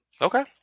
Okay